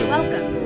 Welcome